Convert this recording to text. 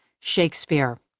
shakespeare,